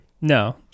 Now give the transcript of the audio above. No